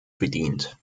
bedient